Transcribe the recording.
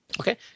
Okay